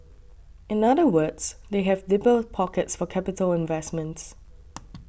in other words they have deeper pockets for capital investments